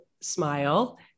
smile